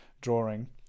drawing